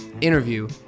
interview